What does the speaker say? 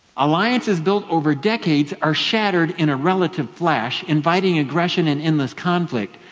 alliances built over decades are shattered in a relative flash inviting aggression and endless conflict.